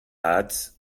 ads